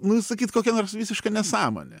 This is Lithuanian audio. nu sakyt kokia nors visiška nesąmonė